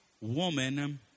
woman